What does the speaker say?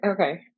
okay